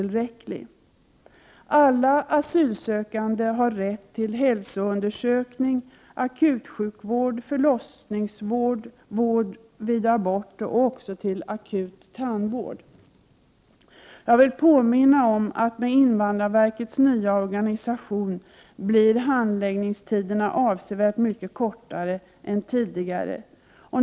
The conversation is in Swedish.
1988/89:107 abort samt även till akut tandvård. Jag vill påminna om att med invandrarver 2 maj 1989 kets nya organisation blir handläggningstiderna avsevärt mycket kortare än tidigare.